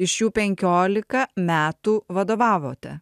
iš jų penkiolika metų vadovavote